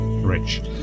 rich